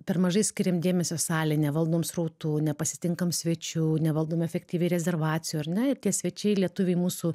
per mažai skiriam dėmesio salei nevaldom srautų nepasitinkam svečių nevaldom efektyviai rezervacijų ar ne ir tie svečiai lietuviai mūsų